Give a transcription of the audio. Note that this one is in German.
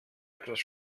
etwas